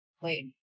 Wait